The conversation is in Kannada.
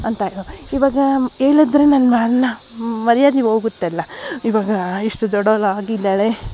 ಅಂತ ಹೇಳಿದ್ರು ಇವಾಗ ಹೇಳಿದ್ರೆ ನನ್ನ ಮಾನ ಮರ್ಯಾದೆ ಹೋಗುತ್ತಲ್ಲ ಇವಾಗ ಇಷ್ಟು ದೊಡ್ಡೋಳಾಗಿದ್ದಾಳೆ